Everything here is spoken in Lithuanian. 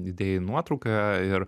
įdėjai nuotrauką ir